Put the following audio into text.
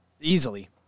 Easily